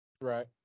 right